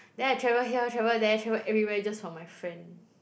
then I travel here travel there travel everywhere just for my friend